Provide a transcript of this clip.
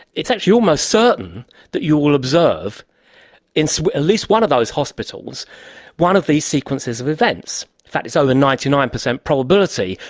it's actually almost certain that you will observe in so at least one of those hospitals one of these sequences of events. in fact it's over ninety nine percent probability,